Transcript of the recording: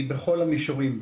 היא בכל המישורים.